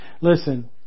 Listen